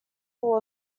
full